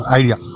idea